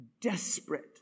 desperate